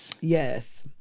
Yes